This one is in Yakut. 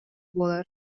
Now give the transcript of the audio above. буолар